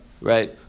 right